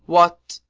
what,